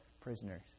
prisoners